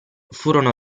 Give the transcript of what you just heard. furono